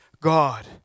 God